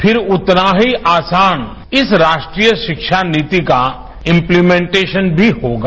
फिर उतना ही आसान इस राष्ट्रीय शिक्षा नीति का इम्पलीमेन्टेशन भी होगा